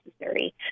necessary